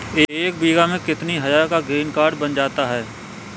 एक बीघा में कितनी हज़ार का ग्रीनकार्ड बन जाता है?